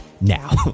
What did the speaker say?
now